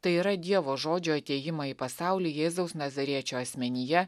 tai yra dievo žodžio atėjimą į pasaulį jėzaus nazariečio asmenyje